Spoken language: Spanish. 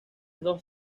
dos